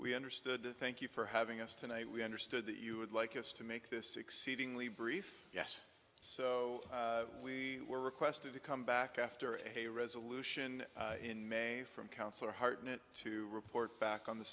we understood to thank you for having us tonight we understood that you would like us to make this exceedingly brief yes so we were requested to come back after a resolution in may from council hartnett to report back on the